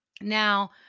Now